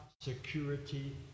security